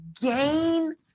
gain